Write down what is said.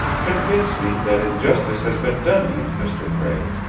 convince me that injustice has been done you, mr. prale,